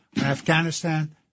Afghanistan